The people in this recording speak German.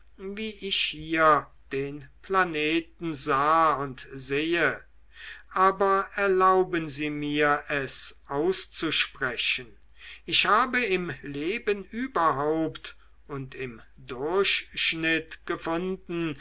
wie ich hier den planeten sah und sehe aber erlauben sie mir es auszusprechen ich habe im leben überhaupt und im durchschnitt gefunden